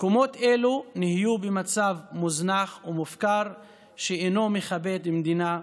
מקומות אלו נהיו במצב מוזנח ומופקר שאינו מכבד מדינה נאורה.